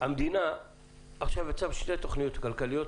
המדינה עכשיו יצאה עם שתי תוכניות כלכליות